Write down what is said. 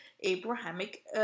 Abrahamic